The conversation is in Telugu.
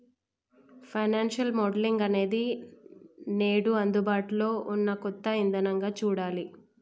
ఫైనాన్సియల్ మోడలింగ్ అనేది నేడు అందుబాటులో ఉన్న కొత్త ఇదానంగా చూడాలి